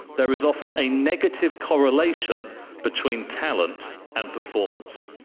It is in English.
there is often a negative correlation between talent and performance.